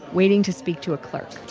waiting to speak to a clerk.